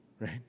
right